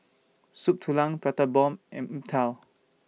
Soup Tulang Prata Bomb and Png Tao